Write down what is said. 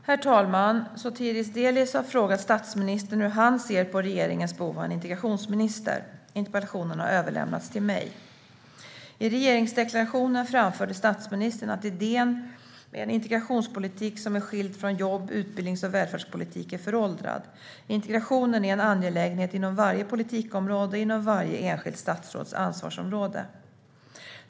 Herr talman! Sotiris Delis har frågat statsministern hur han ser på regeringens behov av en integrationsminister. Interpellationen har överlämnats till mig. I regeringsdeklarationen framförde statsministern att idén med en integrationspolitik som är skild från jobb, utbildnings och välfärdspolitik är föråldrad. Integrationen är en angelägenhet inom varje politikområde och inom varje enskilt statsråds ansvarsområde.